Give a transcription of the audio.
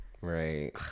Right